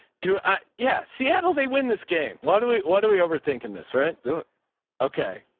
do yeah. seattle, they win this game. why don't we, what are we overthinking this? right? do it okay.